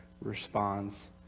responds